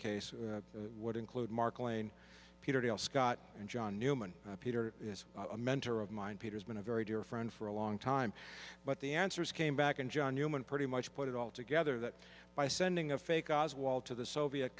case would include mark lane peter dale scott and john newman peter is a mentor of mine peter's been a very dear friend for a long time but the answers came back and john newman pretty much put it all together that by sending a fake oz wall to the soviet